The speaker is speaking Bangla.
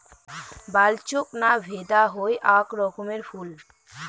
বালচোক না ভেদা হই আক রকমের ফুল